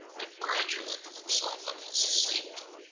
congratulating himself on his safety,